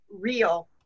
real